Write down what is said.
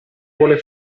vuole